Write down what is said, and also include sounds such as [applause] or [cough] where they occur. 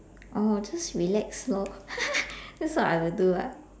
oh just relax lor [laughs] that's what I would do lah